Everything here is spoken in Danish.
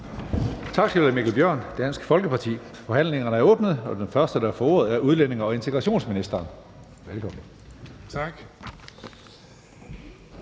Tak